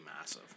massive